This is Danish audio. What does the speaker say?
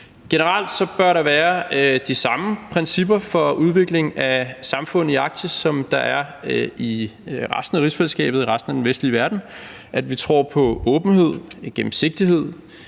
Generelt bør der være de samme principper for udvikling af samfundet i Arktis, som der er i resten af rigsfællesskabet og i resten af den vestlige verden: Vi tror på åbenhed, gennemsigtighed,